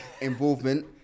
involvement